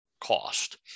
cost